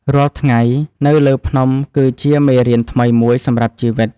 រាល់ថ្ងៃនៅលើភ្នំ គឺជាមេរៀនថ្មីមួយសម្រាប់ជីវិត។